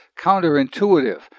counterintuitive